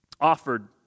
offered